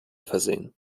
versehen